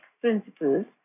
principles